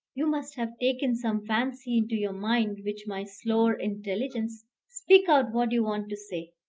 you must have taken some fancy into your mind which my slower intelligence speak out what you want to say.